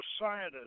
scientists